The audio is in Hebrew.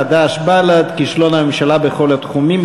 חד"ש ובל"ד היא בנושא: כישלון הממשלה בכל התחומים,